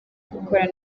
gukora